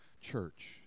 church